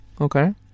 Okay